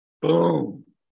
boom